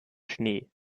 schnee